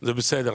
זה בסדר.